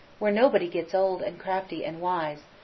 where nobody gets old and crafty and wise,